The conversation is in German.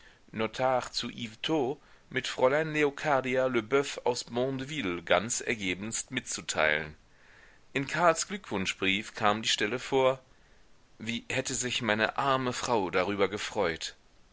notars zu yvetot mit fräulein leocadia leboeuf aus bondeville ganz ergebenst mitzuteilen in karls glückwunschbrief kam die stelle vor wie hätte sich meine arme frau darüber gefreut